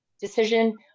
decision